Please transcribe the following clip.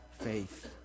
faith